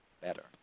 better